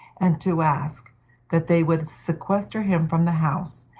and to ask that they would sequester him from the house,